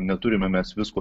neturime mes visko